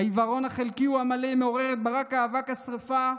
העיוורון החלקי או המלא מעורר את ברק אבק השרפה.